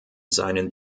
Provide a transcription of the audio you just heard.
seinen